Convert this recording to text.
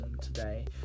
today